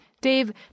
Dave